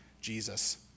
Jesus